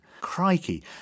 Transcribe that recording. Crikey